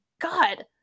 God